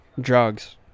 drugs